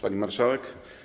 Pani Marszałek!